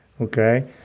Okay